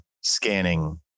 scanning